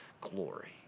glory